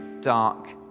dark